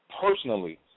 personally